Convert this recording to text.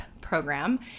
program